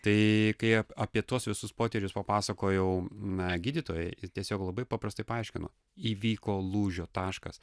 tai kaip apie tuos visus poterius papasakojau na gydytojai tiesiog labai paprastai paaiškino įvyko lūžio taškas